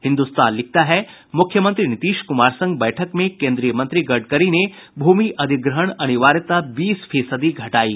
हिन्दुस्तान लिखता है मुख्यमंत्री नीतीश कुमार संग बैठक में केन्द्रीय मंत्री गडकरी ने भूमि अधिग्रहण अनिवार्यता बीस फीसदी घटायी